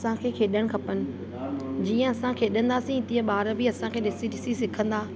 असांखे खेॾण खपेनि जीअं असां खेॾंदासी तीअं ॿार बि असांखे ॾिसी ॾिसी सिखंदा